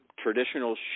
Traditional